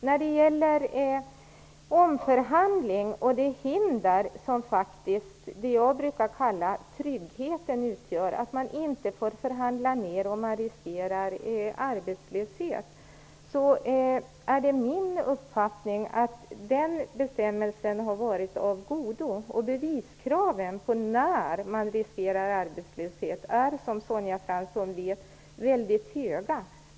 När det gäller omförhandling och det hinder det jag faktiskt brukar kalla tryggheten utgör, dvs. att man inte får förhandla ner bidraget om personen riskerar arbetslöshet, är det min uppfattning att den bestämmelsen har varit av godo. Beviskraven för när människor riskerar arbetslöshet är som Sonja Fransson vet väldigt höga.